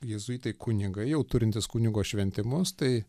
jėzuitai kunigai jau turintys kunigo šventimus tai